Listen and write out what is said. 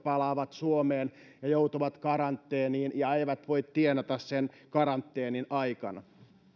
esimerkiksi palaavat suomeen ja joutuvat karanteeniin ja eivät voi tienata sen karanteenin aikana